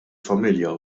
familja